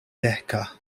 deka